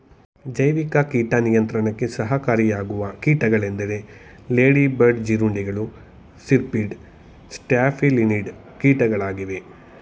ಜೈವಿಕ ಕೀಟ ನಿಯಂತ್ರಣಕ್ಕೆ ಸಹಕಾರಿಯಾಗುವ ಕೀಟಗಳೆಂದರೆ ಲೇಡಿ ಬರ್ಡ್ ಜೀರುಂಡೆಗಳು, ಸಿರ್ಪಿಡ್, ಸ್ಟ್ಯಾಫಿಲಿನಿಡ್ ಕೀಟಗಳಾಗಿವೆ